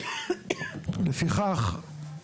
לפיכך,